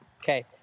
Okay